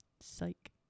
Psych